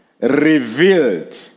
revealed